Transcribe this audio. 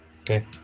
Okay